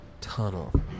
tunnel